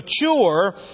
mature